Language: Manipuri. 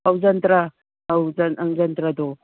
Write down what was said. ꯑꯧ ꯖꯟꯇ꯭ꯔ ꯑꯧ ꯖꯟꯇ꯭ꯔꯗꯣ